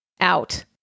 out